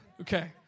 Okay